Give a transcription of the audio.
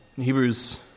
Hebrews